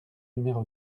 numéro